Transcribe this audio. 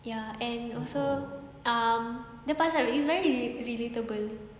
ya and also um the past ah it's very relatable